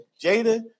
Jada